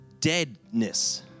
deadness